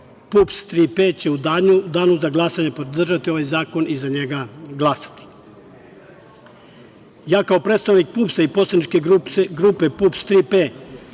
Tri P će u Danu za glasanje podržati ovaj zakon i za njega glasati. Ja kao predstavnik PUPS-a i poslaničke grupe PUPS –